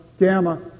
Gamma